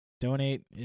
donate